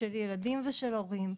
של ילדים ושל הורים,